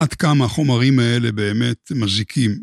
עד כמה החומרים האלה באמת מזיקים.